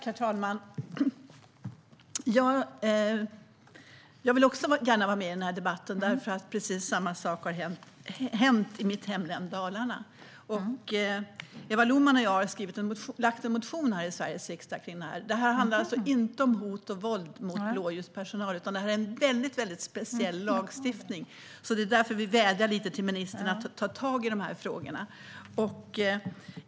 Herr talman! Jag deltar också i debatten eftersom samma sak har hänt i mitt hemlän Dalarna. Eva Lohman och jag har väckt en motion i Sveriges riksdag om detta. Det handlar alltså inte om hot och våld mot blåljuspersonal, utan det här är en väldigt speciell lagstiftning. Det är därför vi vädjar till ministern att ta tag i dessa frågor.